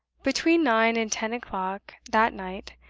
between nine and ten o'clock that night,